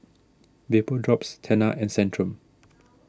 Vapodrops Tena and Centrum